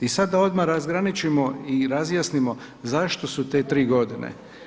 I sada odmah da razgraničimo i razjasnimo zašto su te tri godine.